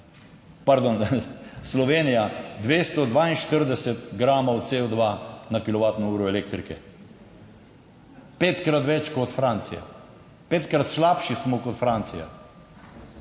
pardon, Slovenija 242 gramov CO2 na kilovatno uro elektrike. Petkrat več kot Francija, petkrat slabši smo kot Francija.